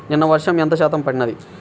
నిన్న వర్షము ఎంత శాతము పడినది?